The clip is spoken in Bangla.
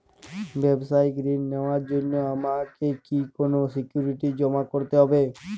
ব্যাবসায়িক ঋণ নেওয়ার জন্য আমাকে কি কোনো সিকিউরিটি জমা করতে হবে?